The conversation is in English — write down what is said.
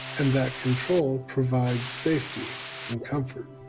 and that control provides safety and comfort.